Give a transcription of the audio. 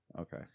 Okay